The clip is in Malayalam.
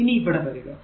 ഇനി ഇവിടെ വരിക